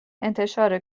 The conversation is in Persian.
انتشار